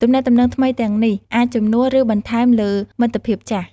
ទំនាក់ទំនងថ្មីទាំងនេះអាចជំនួស ឬបន្ថែមលើមិត្តភាពចាស់។